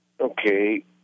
Okay